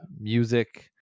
music